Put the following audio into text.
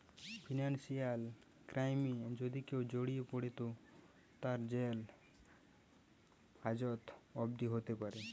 financial ক্রাইমে যদি কেও জড়িয়ে পড়ে তো তার জেল হাজত অবদি হোতে পারে